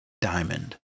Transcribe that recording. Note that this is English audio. diamond